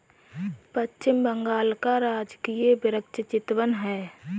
पश्चिम बंगाल का राजकीय वृक्ष चितवन है